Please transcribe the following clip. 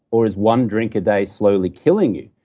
or is one drink a day slowly killing you?